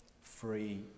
Free